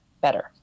better